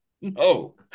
No